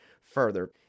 further